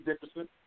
Dickerson